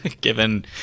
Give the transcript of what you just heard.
given